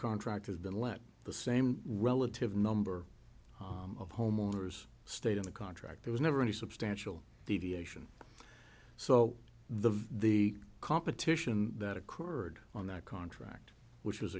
contract has been let the same relative number of homeowners stayed on the contract there was never any substantial deviation so the the competition that occurred on that contract which was